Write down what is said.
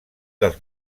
dels